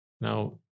Now